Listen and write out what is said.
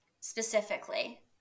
specifically